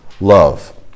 love